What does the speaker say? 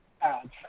ads